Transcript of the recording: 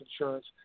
insurance